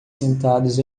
sentados